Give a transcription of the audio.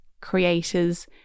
creators